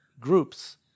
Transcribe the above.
groups